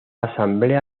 asamblea